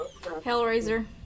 Hellraiser